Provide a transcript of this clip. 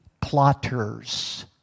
plotters